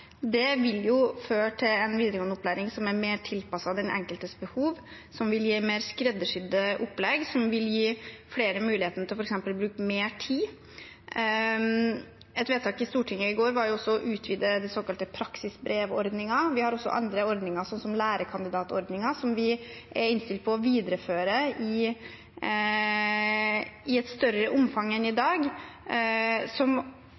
vil føre til en videregående opplæring som er mer tilpasset den enkeltes behov, som vil gi mer skreddersydde opplegg, og som vil gi flere muligheten til å bruke f.eks. mer tid. Et vedtak i Stortinget i går var å utvide den såkalte praksisbrevordningen. Vi har også andre ordninger, som lærerkandidatordningen, som vi er innstilt på å videreføre i et større omfang enn i dag, som